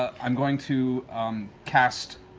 i'm going to cast